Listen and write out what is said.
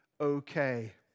okay